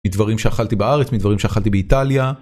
מדברים שאכלתי בארץ מדברים שאכלתי באיטליה.